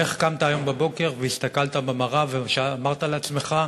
איך קמת היום בבוקר והסתכלת במראה ואמרת לעצמך: